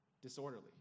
disorderly